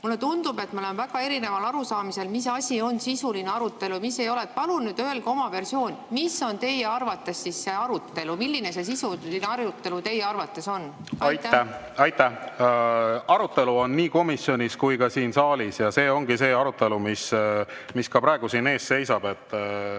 Mulle tundub, et me oleme väga erineval arusaamisel, mis on sisuline arutelu ja mis ei ole. Palun öelge oma versioon, mis on teie arvates see arutelu. Milline see sisuline arutelu teie arvates on? Aitäh! Arutelu on nii komisjonis kui ka siin saalis ja see ongi see arutelu, mis ka praegu siin ees seisab.